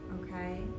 Okay